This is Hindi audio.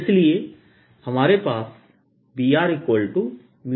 इसलिए हमारे पास Br0I4πdl×r r